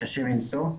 קשה מנשוא.